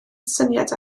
syniad